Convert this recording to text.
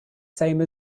same